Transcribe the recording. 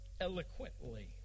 eloquently